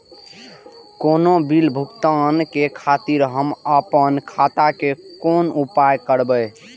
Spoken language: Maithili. कोनो बील भुगतान के खातिर हम आपन खाता के कोना उपयोग करबै?